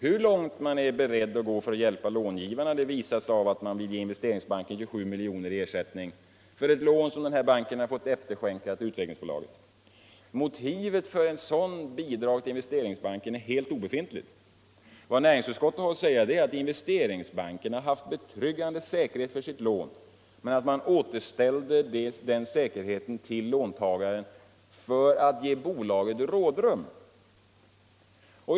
Hur långt man är beredd att gå för att hjälpa långivarna visas av att man till Investeringsbanken vill ge 27 milj.kr. i ersättning för ett lån som banken har fått efterskänka till Svenska Utvecklingsaktiebolaget. Motivet för ett sådant bidrag till Investeringsbanken är helt obefintligt. Vad näringsutskottet har att säga är att Investeringsbanken har haft betryggande säkerhet för sitt lån men återställde den säkerheten till låntagaren för att ge bolaget ”rådrum”.